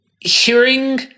hearing